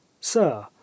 Sir